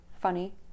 funny